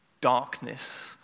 darkness